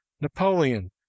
napoleon